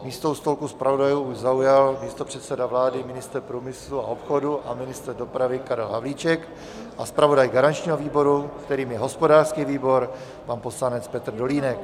Místo u stolku zpravodajů už zaujal místopředseda vlády, ministr průmyslu a obchodu a ministr dopravy Karel Havlíček a zpravodaj garančního výboru, kterým je hospodářský výbor, pan poslanec Petr Dolínek.